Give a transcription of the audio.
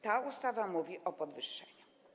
Ta ustawa mówi o podwyższeniu.